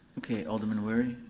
okay, alderman wery?